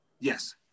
Yes